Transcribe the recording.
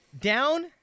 down